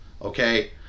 okay